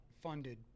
Funded